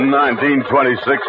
1926